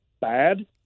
bad